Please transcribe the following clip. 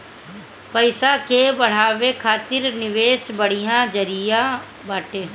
पईसा के बढ़ावे खातिर निवेश बढ़िया जरिया बाटे